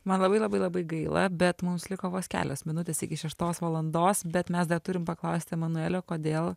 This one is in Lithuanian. man labai labai labai gaila bet mums liko vos kelios minutės iki šeštos valandos bet mes dar turim paklausti emanuelio kodėl